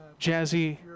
jazzy